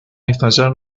estallar